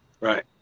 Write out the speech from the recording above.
Right